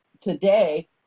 today